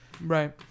right